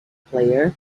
player